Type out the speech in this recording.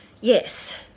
Yes